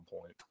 point